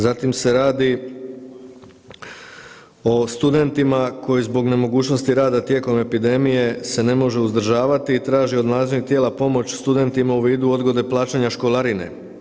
Zatim se radi o studentima koji zbog nemogućnosti rada tijekom epidemije se ne može uzdržavati i traži od nadležnih tijela pomoć studentima u vidu odgode plaćanja školarine.